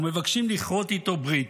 ומבקשים לכרות איתו ברית,